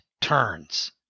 turns